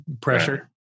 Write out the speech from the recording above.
pressure